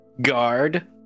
Guard